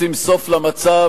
לשים סוף למצב